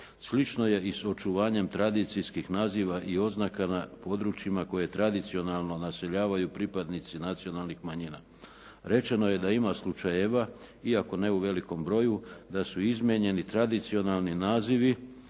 Slično je i sa očuvanjem tradicijskih naziva i oznaka na područjima koje tradicionalno naseljavaju pripadnici nacionalnih manjina. Rečen je da ima slučajeva iako ne u velikom broju, da su izmijenjeni tradicionalni nazivi